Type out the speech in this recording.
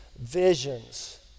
visions